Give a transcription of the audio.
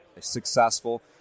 successful